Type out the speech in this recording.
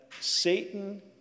Satan